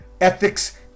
ethics